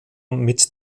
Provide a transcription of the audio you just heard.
mit